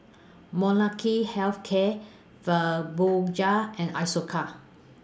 Molnylcke Health Care Fibogel and Isocal